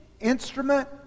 instrument